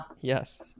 Yes